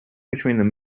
between